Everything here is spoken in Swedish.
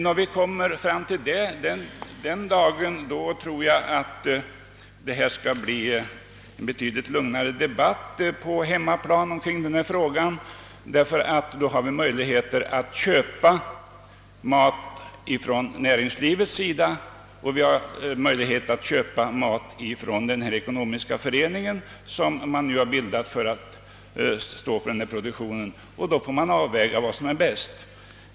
När den dagen kommer tror jag att debatten skall bli betydligt lugnare kring denna fråga på hemmaplan. Vi får då valmöjlighet att köpa mat från livsmedelsindustrin eller genom den ekonomiska förening som bildats för denna produktion. Då får man avväga vilket som är bäst.